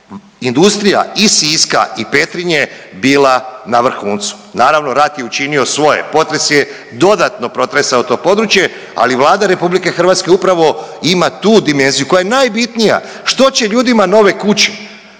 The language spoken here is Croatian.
industrija i Siska i Petrinje bila na vrhuncu. Naravno rat je učinio svoje. Potres je dodatno potresao to područje, ali Vlada RH upravo ima tu dimenziju koja je najbitnija što će ljudima nove kuće,